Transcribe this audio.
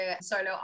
solo